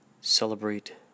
celebrate